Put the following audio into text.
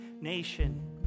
nation